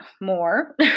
more